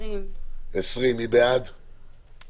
הסתייגות מס' 6. מי בעד ההסתייגות?